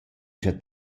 cha